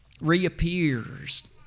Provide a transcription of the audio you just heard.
reappears